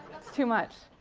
it's too much.